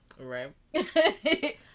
Right